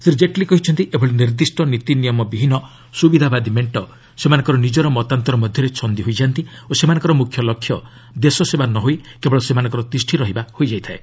ଶ୍ରୀ ଜେଟ୍ଲୀ କହିଛନ୍ତି ଏଭଳି ନିର୍ଦ୍ଦିଷ୍ଟ ନୀତିନିୟମବିହୀନ ସୁବିଧାବାଦୀ ମେଣ୍ଟ ସେମାନଙ୍କର ନିଜର ମତାନ୍ତର ମଧ୍ୟରେ ଛନ୍ଦି ହୋଇଯା'ନ୍ତି ଓ ସେମାନଙ୍କର ମୁଖ୍ୟ ଲକ୍ଷ୍ୟ ଦେଶସେବା ନ ହୋଇ କେବଳ ସେମାନଙ୍କର ତିଷ୍ଠି ରହିବା ହୋଇଥାଏ